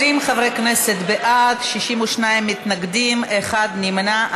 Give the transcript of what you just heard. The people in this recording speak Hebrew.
20 חברי כנסת בעד, 62 מתנגדים, אחד נמנע.